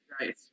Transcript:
right